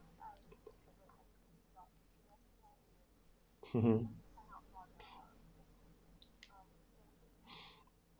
mmhmm